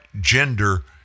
gender